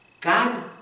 God